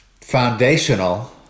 foundational